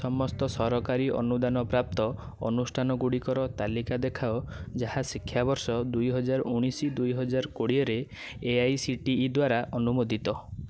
ସମସ୍ତ ସରକାରୀ ଅନୁଦାନପ୍ରାପ୍ତ ଅନୁଷ୍ଠାନଗୁଡ଼ିକର ତାଲିକା ଦେଖାଅ ଯାହା ଶିକ୍ଷାବର୍ଷ ଦୁଇହଜାର ଉଣେଇଶ ଦୁଇହଜାର କୋଡ଼ିଏରେ ଏଆଇସିଟିଇ ଦ୍ଵାରା ଅନୁମୋଦିତ